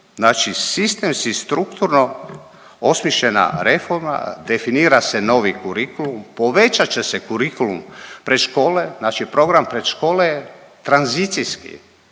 Znači sistemski strukturno osmišljena reforma, definira se novi kurikulum, povećat će se kurikulum predškole, znači program predškole je tranzicijski,